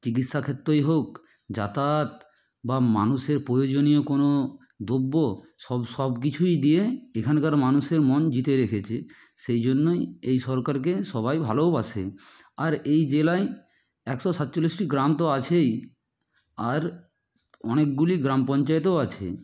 চিকিৎসা ক্ষেত্রই হোক যাতায়াত বা মানুষের প্রয়োজনীয় কোনও দ্রব্য সব সব কিছুই দিয়ে এখানকার মানুষের মন জিতে রেখেছে সেই জন্যই এই সরকারকে সবাই ভালোওবাসেন আর এই জেলায় একশো সাতচল্লিশটি গ্রাম তো আছেই আর অনেকগুলি গ্রাম পঞ্চায়েতও আছে